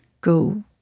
go